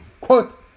Quote